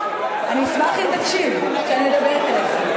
אני אשמח אם תקשיב כשאני מדברת אליך.